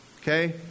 Okay